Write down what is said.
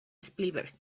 spielberg